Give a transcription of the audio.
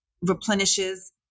replenishes